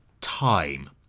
time